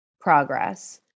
progress